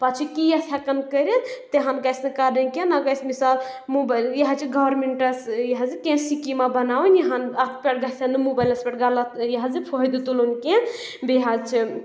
پَتہٕ چھِ کتھ ہؠکَان کٔرِتھ تِہَن گژھِ نہٕ کَرٕنۍ کینٛہہ نہ گژھِ مِثال موبایل یہِ حظ چھِ گورمینٹَس یہِ حظ کینٛہہ سِکیٖما بَناوٕنۍ یِہن اَتھ پؠٹھ گژھن نہٕ موبایلَس پؠٹھ غلط یہِ حظ فٲیدٕ تُلُن کینٛہہ بیٚیہِ حظ چھِ